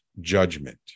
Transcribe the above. judgment